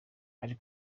ari